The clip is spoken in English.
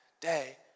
day